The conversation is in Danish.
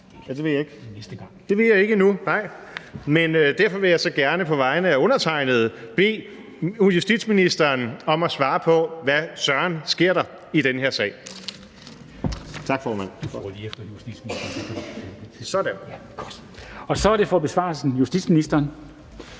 få at vide, hvor vi står. Og derfor vil jeg gerne på vegne af undertegnede bede justitsministeren om at svare på, hvad søren der sker i den her sag.